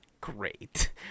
great